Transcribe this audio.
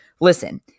Listen